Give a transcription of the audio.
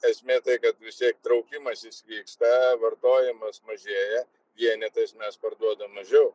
esmė tai kad vis tiek traukimasis vyksta vartojimas mažėja vienetais mes parduodam mažiau